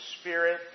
spirit